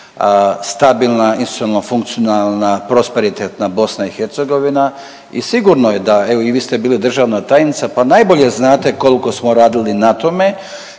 stabilna, institucionalno funkcionalna, prosperitetna BiH i sigurno je da, evo i vi ste bili državna tajnica pa najbolje znate koliko smo radili na tome